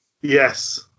Yes